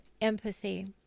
empathy